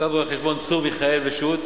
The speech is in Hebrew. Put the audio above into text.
משרד רואי-חשבון צור מיכאל ושות',